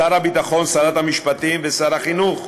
שר הביטחון, שרת המשפטים ושר החינוך,